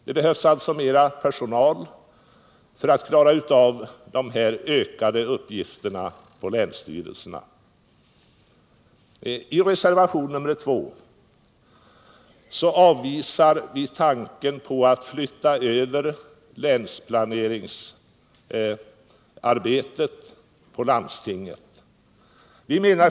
Det behövs alltså mera personal för att klara av de ökade uppgifterna för länsstyrelserna. I reservationen 2 avvisar vi tanken på att flytta över länsplaneringsarbetet på landstingen.